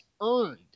earned